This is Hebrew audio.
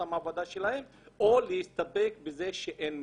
המעבדה שלהם או להסתפק בזה שאין מידע?